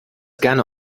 gerne